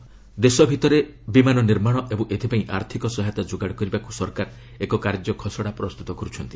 aviation ପ୍ରଭୁ ଦେଶ ଭିତରେ ବିମାନ ନିର୍ମାଣ ଏବଂ ଏଥିପାଇଁ ଆର୍ଥିକ ସହାୟତା ଯୋଗାଡ଼ କରିବାକୁ ସରକାର ଏକ କାର୍ଯ୍ୟ ଖସଡ଼ା ପ୍ରସ୍ତୁତ କରୁଛନ୍ତି